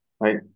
Right